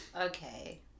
Okay